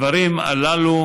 הדברים הללו